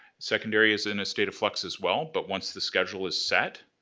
secondary is in a state of flux as well but once the schedule is set,